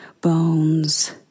bones